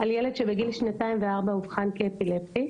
על ילד שבגין שנתיים וארבעה חודשים אובחן כאפילפטי,